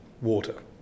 water